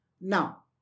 Now